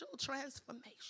transformation